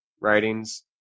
writings